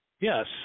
Yes